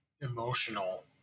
emotional